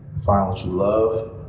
find what you love,